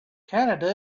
canada